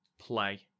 play